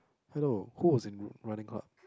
hello who was in running court